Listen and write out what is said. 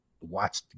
watch